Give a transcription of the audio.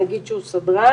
נגיד שהוא סדרן,